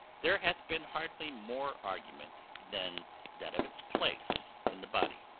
there hath been hardly more argument than that of its place in the body.